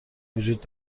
وجود